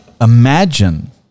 Imagine